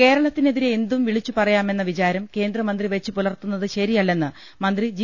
കേരളത്തിനെതിരെ എന്തും വിളിച്ചുപറയാമെന്ന വിചാരം കേന്ദ്രമന്ത്രി വെച്ചുപൂലർത്തുന്നത് ശരിയല്ലെന്ന് മന്ത്രി ജി